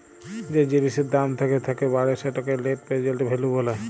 যে জিলিসের দাম থ্যাকে থ্যাকে বাড়ে সেটকে লেট্ পেরজেল্ট ভ্যালু ব্যলে